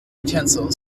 utensils